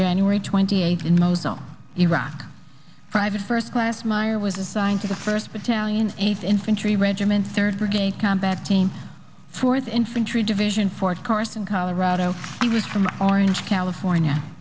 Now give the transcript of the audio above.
january twenty eighth in mosul iraq private first class meyer was assigned to the first battalion eighth infantry regiment third brigade combat team for the infantry division fort carson colorado i was from orange california